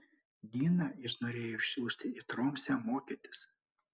diną jis norėjo išsiųsti į tromsę mokytis